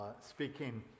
speaking